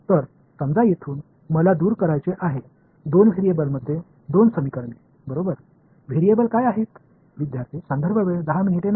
எனவே இரண்டு மாறிகளில் இரண்டு சமன்பாடுகள் உள்ளன அவற்றை நான் இங்கிருந்து அகற்ற விரும்புகிறேன் என்று சொல்லலாம் அந்த மாறிகள் என்ன